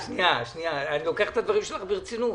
שנייה, אני לוקח את הדברים שלך ברצינות.